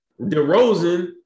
DeRozan